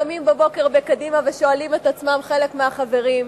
קמים בבוקר בקדימה ושואלים את עצמם חלק מהחברים,